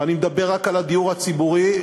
ואני מדבר רק על הדיור הציבורי,